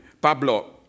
Pablo